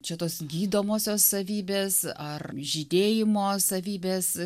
čia tos gydomosios savybės ar žydėjimo savybės